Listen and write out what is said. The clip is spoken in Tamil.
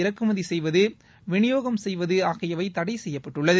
இறக்குமதி செய்வது விளியோகம் செய்வது ஆகியவை தடை செய்யப்பட்டுள்ளது